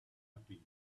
happy